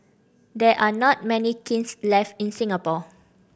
there are not many kilns left in Singapore